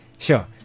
Sure